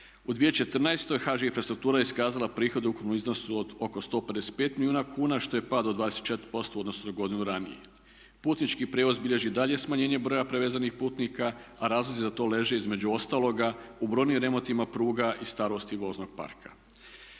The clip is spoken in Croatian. U 2014. HŽ infrastruktura je iskazala prihode u ukupnom iznosu od oko 155 milijuna kuna što je pad od 24% u odnosu na godinu ranije. Putnički prijevoz bilježi daljnje smanjenje broja prevezenih putnika, a razlozi za to leže između ostaloga u brojnim remontima pruga i starosti voznog parka.